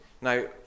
now